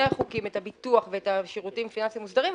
החוקים את הביטוח ואת שירותים פיננסיים מוסדרים,